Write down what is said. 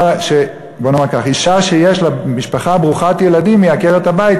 בוא נאמר ככה: אישה שיש לה משפחה ברוכת ילדים היא עקרת-הבית,